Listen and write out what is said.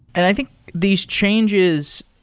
and i think these changes,